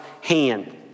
hand